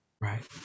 Right